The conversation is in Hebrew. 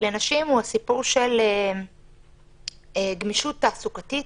לנשים הוא הסיפור של גמישות תעסוקתית